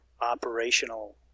operational